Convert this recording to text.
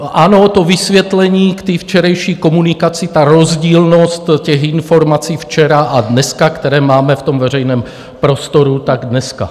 Ano, to vysvětlení ke včerejší komunikaci, rozdílnost informací včera a dneska, které máme ve veřejném prostoru, tak dneska.